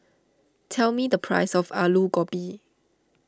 tell me the price of Aloo Gobi